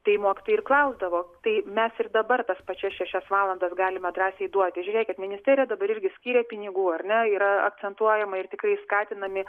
tai mokytojai ir klausdavo tai mes ir dabar tas pačias šešias valandas galima drąsiai duoti žiūrėkit ministerija dabar irgi skyrė pinigų ar ne yra akcentuojama ir tikrai skatinami